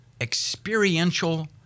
experiential